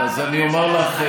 אז אני אומר לך,